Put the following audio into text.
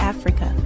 Africa